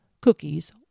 cookies